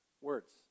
words